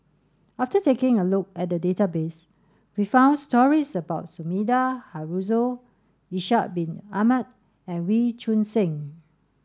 after taking a look at the database we found stories about Sumida Haruzo Ishak bin Ahmad and Wee Choon Seng